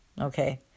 okay